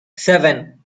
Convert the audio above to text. seven